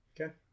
Okay